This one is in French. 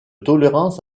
tolérance